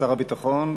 שר הביטחון,